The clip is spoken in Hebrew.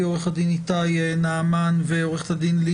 וערכנו חשיבה האם מתווה כזה הוא גם ישים מבחינת רשויות אכיפת